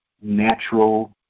natural